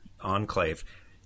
enclave